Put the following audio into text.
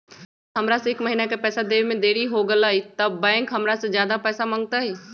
अगर हमरा से एक महीना के पैसा देवे में देरी होगलइ तब बैंक हमरा से ज्यादा पैसा मंगतइ?